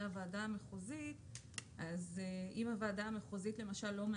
הוועדה המחוזית - מה קורה אם הוועדה המחוזית לא מאשרת,